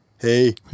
hey